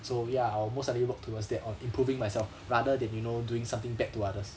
so ya I will most likely work towards that on improving myself rather than you know doing something bad to others